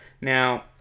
Now